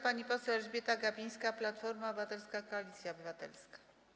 Pani poseł Elżbieta Gapińska, Platforma Obywatelska - Koalicja Obywatelska.